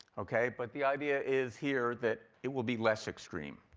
ok, but the idea is here that it will be less extreme.